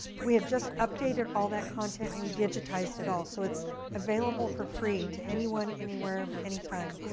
we had just updated all that content and we digitized it all. so it's available for free to anyone, anywhere, anytime.